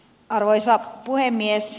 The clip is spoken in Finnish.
arvoisa puhemies